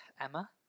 Emma